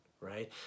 right